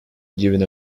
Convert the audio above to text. given